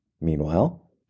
Meanwhile